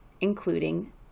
including